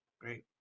Great